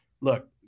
look